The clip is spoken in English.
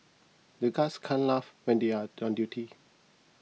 the guards can't laugh when they are on duty